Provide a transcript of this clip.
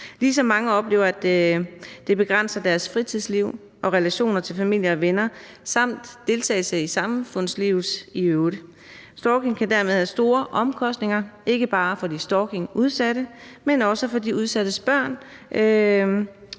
ligesom mange oplever, at det begrænser deres fritidsliv og relationer til familier og venner samt deltagelse i samfundslivet i øvrigt. Stalking kan dermed have store omkostninger, ikke bare for de stalkingudsatte, men også for de udsattes børn,